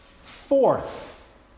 fourth